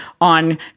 on